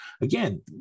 again